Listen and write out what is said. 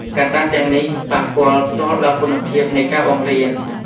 កត្តាទាំងនេះប៉ះពាល់ផ្ទាល់ដល់គុណភាពនៃការបង្រៀន។